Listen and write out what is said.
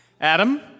Adam